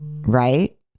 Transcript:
right